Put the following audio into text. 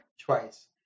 Twice